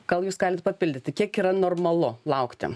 gal jūs galit papildyti kiek yra normalu laukti